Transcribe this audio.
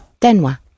Denwa